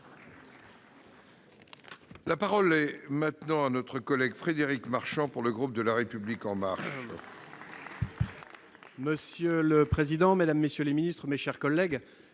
La parole est à M. Frédéric Marchand, pour le groupe La République En Marche. Monsieur le président, mesdames, messieurs les ministres, mes chers collègues,